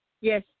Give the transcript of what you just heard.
Yes